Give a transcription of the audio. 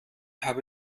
habe